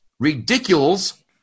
Ridiculous